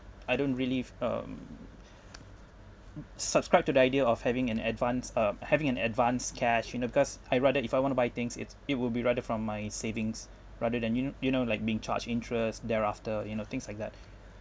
I don't believe um subscribe to the idea of having an advance uh having an advanced cash you know because I rather if I want to buy things it's it will be rather from my savings rather than you know you know like being charged interest thereafter you know things like that